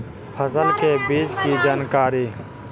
फसल के बीज की जानकारी?